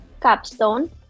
capstone